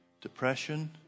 Depression